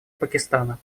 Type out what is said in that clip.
пакистана